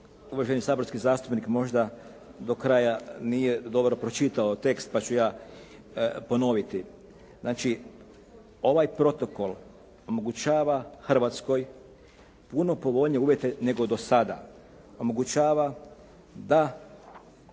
Uvaženi saborski zastupnik možda do kraja nije dobro pročitao tekst pa ću ja ponoviti. Znači ovaj protokol omogućava Hrvatskoj puno povoljnije uvjete nego do sada.